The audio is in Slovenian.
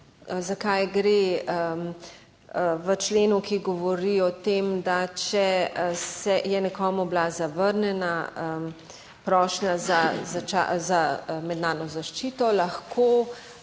za kaj gre v členu, ki govori o tem, da če se je nekomu bila zavrnjena prošnja za mednarodno zaščito, lahko